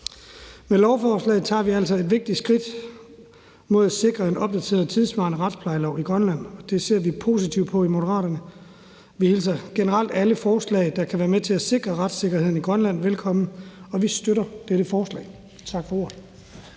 Med lovforslaget tager vi altså et vigtigt skridt mod at sikre en opdateret tidssvarende retsplejelov i Grønland, og det ser vi positivt på i Moderaterne. Vi hilser generelt alle forslag, der kan være med til at sikre retssikkerheden i Grønland, velkommen, og vi støtter dette forslag. Tak for ordet.